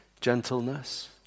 gentleness